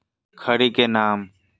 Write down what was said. खड़ी के नाम?